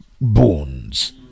bones